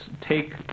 take